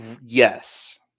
Yes